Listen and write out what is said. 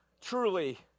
Truly